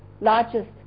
largest